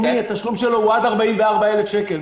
התשלום שלו לביטוח לאומי הוא עד 44,000 שקל.